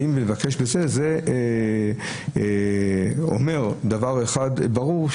זה אומר דבר אחד ברור,